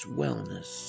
wellness